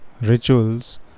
rituals